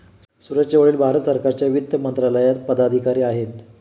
सूरजचे वडील भारत सरकारच्या वित्त मंत्रालयात पदाधिकारी आहेत